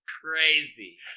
crazy